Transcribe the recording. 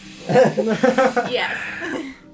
yes